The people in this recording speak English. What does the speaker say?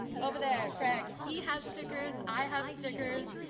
over there, craig! he has stickers, i have stickers,